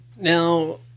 now